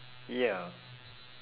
ya